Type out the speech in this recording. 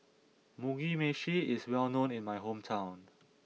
Mugi Meshi is well known in my hometown